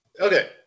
Okay